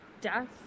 death